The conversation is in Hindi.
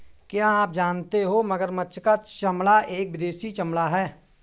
क्या आप जानते हो मगरमच्छ का चमड़ा एक विदेशी चमड़ा है